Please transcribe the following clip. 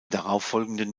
darauffolgenden